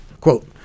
Quote